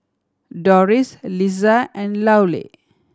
Doris Lissa and Louella